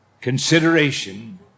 consideration